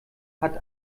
hat